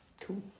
cool